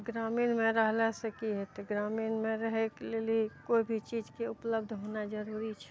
ग्रामीणमे रहलासँ की हेतय ग्रामीणमे रहयके लेल कोइ भी चीजके उपलब्ध होनाय जरूरी छै